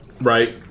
right